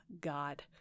God